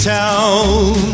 town